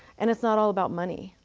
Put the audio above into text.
and is not all about money.